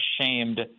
ashamed